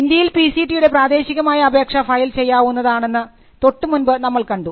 ഇന്ത്യയിൽ P C T യുടെ പ്രദേശികമായ അപേക്ഷ ഫയൽ ചെയ്യാവുന്നതാണെന്ന് തൊട്ടുമുൻപു നമ്മൾ കണ്ടു